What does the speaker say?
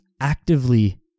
actively